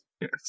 Yes